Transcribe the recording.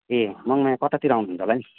ए मङमाया कतातिर आउनुहुन्छ होला नि